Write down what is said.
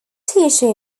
teacher